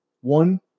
one